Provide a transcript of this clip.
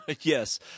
Yes